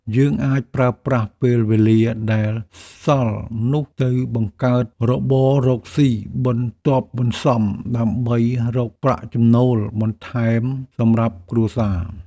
យើងអាចប្រើប្រាស់ពេលវេលាដែលសល់នោះ ទៅបង្កើតរបររកស៊ីបន្ទាប់បន្សំដើម្បីរកប្រាក់ចំណូលបន្ថែមសម្រាប់គ្រួសារ។